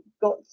got